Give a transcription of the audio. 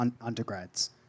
undergrads